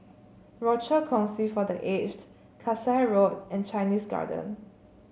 Rochor Kongsi for The Aged Kasai Road and Chinese Garden